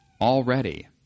already